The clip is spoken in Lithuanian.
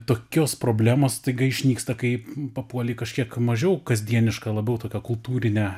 tokios problemos staiga išnyksta kaip papuoli į kažkiek mažiau kasdienišką labiau tokią kultūrinę